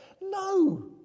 no